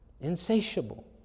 Insatiable